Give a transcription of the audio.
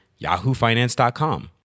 yahoofinance.com